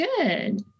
good